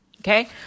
Okay